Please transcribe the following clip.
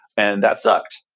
and that sucked.